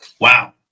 Wow